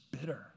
bitter